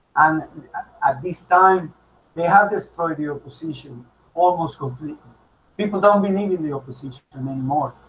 um at this time they have destroyed the opposition almost completely people don't believe in the opposition and anymore